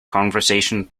conversation